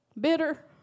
bitter